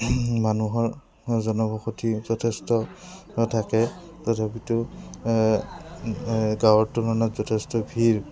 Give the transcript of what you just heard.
মানুহৰ জনবসতি যথেষ্ট থাকে তথাপিতো গাঁৱৰ তুলনাত যথেষ্ট ভিৰ